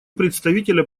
представителя